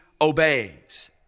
obeys